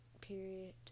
Period